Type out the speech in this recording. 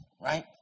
right